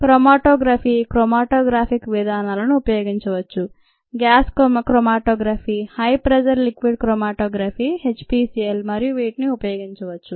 chromatography chromatographic విధానాలను ఉపయోగించవచ్చు gas chromatography high pressure liquid chromatography HPLC మరియు వీటిని ఉపయోగించవచ్చు